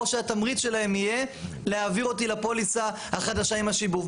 או שהתמריץ שלהם יהיה להעביר אותי לפוליסה החדשה עם השיבוב?